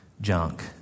junk